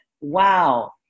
wow